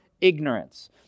ignorance